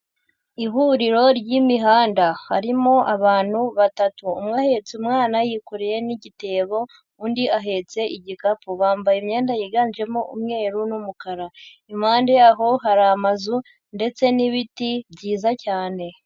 Ihuriro ry'imihanda, harimo abantu batatu: umwe ahetse umwana yikoreye n'igitebo, undi ahetse igikapu, bambaye imyenda yiganjemo umweru n'umukara, impande yaho hari amazu ndetse n'ibiti byiza cyane.